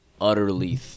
utterly